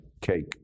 cake